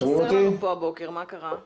שמעת